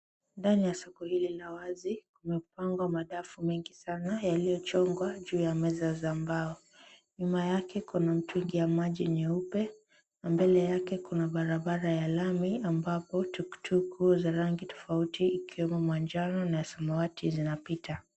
Ndani ya soko hili la wazi kumepangwa madafu mengi sana yaliyochongwa juu ya meza za mbao. Nyuma yake kuna mtungi wa maji nyeupe na mbele yake kuna barabara ya lami ambapo tukutuku za rangi tofauti ikiwemo manjano na samawati zinapita.